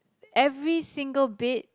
every single bed